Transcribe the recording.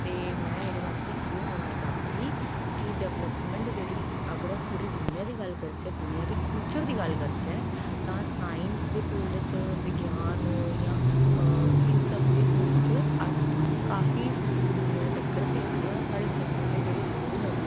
ते में एह्दे बारे च इ'यै बोलना चाह्गी कि डेवलपमेंट जेह्ड़ी अगर अस पूरी दुनियां दी गल्ल करचै दुनियां दे फ्युचर दी गल्ल करचै तां साइंस दे फील्ड च विज्ञान जां इन सब दी फील्ड च अस काफी दुनियां ई टक्कर देआ ने आं साढ़े जम्मू दे जेह्ड़े लोग न